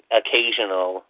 occasional